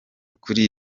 kuri